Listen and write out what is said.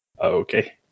Okay